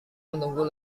menunggu